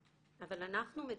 לאבחן.